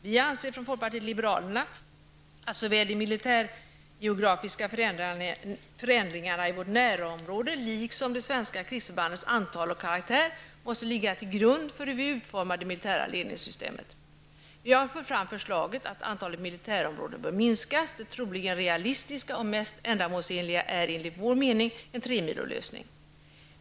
Vi i folkpartiet liberalerna anser att såväl de militärgeografiska förändringarna i vårt närområde liksom de svenska krigsförbandens antal och karaktär måste ligga till grund för hur vi utformar det militära ledningssystemet. Vi har fört fram förslaget att antalet militärområden bör minskas. Det troligen realistiska och mest ändamålsenliga är enligt vår mening en tremilolösning.